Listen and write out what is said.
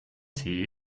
tee